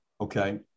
okay